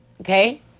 okay